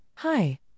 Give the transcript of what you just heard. Hi